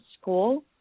school